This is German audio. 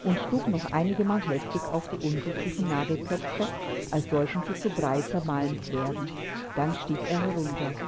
und schlug noch einigemal heftig auf die unglücklichen nägelköpfe als sollten sie zu brei zermalmt werden dann stieg er herunter